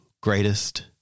greatest